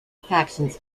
factions